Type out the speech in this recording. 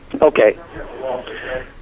Okay